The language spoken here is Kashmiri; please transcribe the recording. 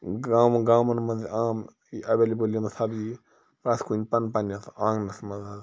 گام گامَن منٛز عام یہِ ایویلیبٕل یِم سَبزی پرٛٮ۪تھ کُنہِ پَن پنٛنِس آنٛگنَس منٛز حظ